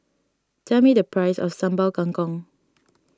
tell me the price of Sambal Kangkong